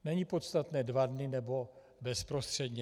Není podstatné dva dny, nebo bezprostředně.